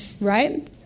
Right